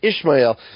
Ishmael